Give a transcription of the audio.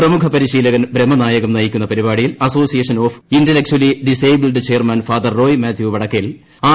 പ്രമുഖ പരിശീലകൻ ബ്രഹ്മനായകം നയിക്കുന്ന പരിപാടിയിൽ ് association of intellectually disabled chairman father Roy Mathew Vadakkel R